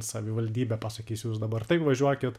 savivaldybė pasakys jūs dabar taip važiuokit